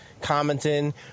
commenting